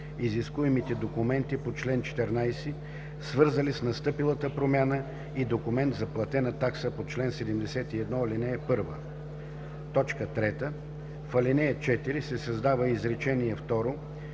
изискуемите документи по чл. 14, свързани с настъпилата промяна, и документ за платена такса по чл. 71, ал. 1.” 3. В ал. 4 се създава изречение